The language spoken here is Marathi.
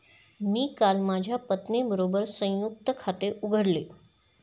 मी काल माझ्या पत्नीबरोबर संयुक्त खाते उघडले